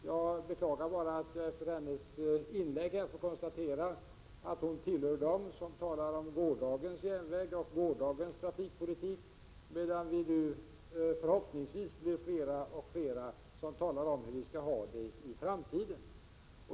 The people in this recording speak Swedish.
Jag beklagar bara att jag efter hennes inlägg får 27 oktober 1987 konstatera att hon hör till dem som talar om gårdagens järnväg och gårdagens trafikpolitik, medan vi nu förhoppningsvis blir fler och fler som talar om hur vi skall ha det i framtiden.